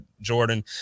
Jordan